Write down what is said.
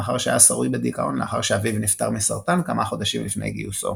מאחר שהיה שרוי בדיכאון לאחר שאביו נפטר מסרטן כמה חודשים לפני גיוסו.